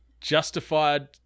justified